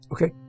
Okay